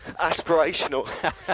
aspirational